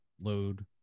load